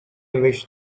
wish